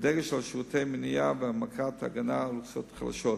בדגש על שירותי מניעה והעמקת ההגנה על אוכלוסיות חלשות.